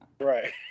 Right